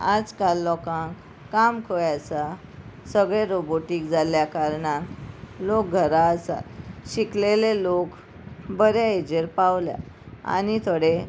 आजकाल लोकांक काम खंय आसा सगळे रोबोटीक जाल्ल्या कारणान लोक घरा आसात शिकलेले लोक बऱ्या हाजेर पावल्या आनी थोडे